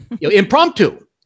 impromptu